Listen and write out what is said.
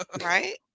right